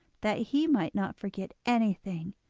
that he might not forget anything,